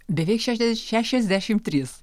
beveik šešiasdešimt trys